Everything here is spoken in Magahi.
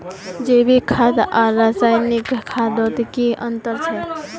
जैविक खाद आर रासायनिक खादोत की अंतर छे?